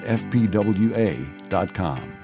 fpwa.com